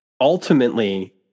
ultimately